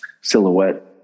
silhouette